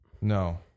No